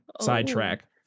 Sidetrack